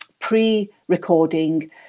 pre-recording